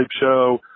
show